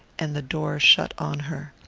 and the door shut on her.